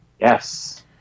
Yes